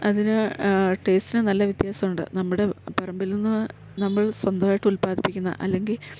അതിന് ടേസ്റ്റിന് നല്ല വ്യത്യാസമുണ്ട് നമ്മുടെ പറമ്പിൽ നിന്ന് നമ്മൾ സ്വന്തമായിായിട്ടുൽപാദിപ്പിക്കുന്ന അല്ലെങ്കിൽ